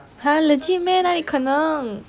!huh! legit meh 哪里可能